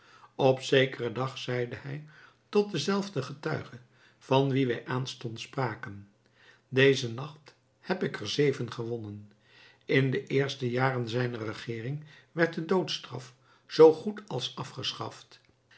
op zekeren dag zeide hij tot denzelfden getuige van wien wij aanstonds spraken dezen nacht heb ik er zeven gewonnen in de eerste jaren zijner regeering werd de doodstraf zoogoed als afgeschaft